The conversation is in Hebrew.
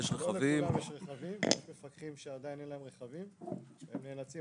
יש מפקחים שעדין אין להם רכבים והם נאלצים